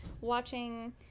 watching